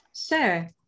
Sure